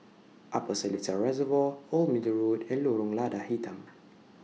Upper Seletar Reservoir Old Middle Road and Lorong Lada Hitam